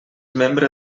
membre